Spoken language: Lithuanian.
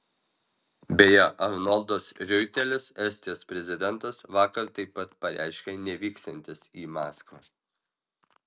beje arnoldas riuitelis estijos prezidentas vakar taip pat pareiškė nevyksiantis į maskvą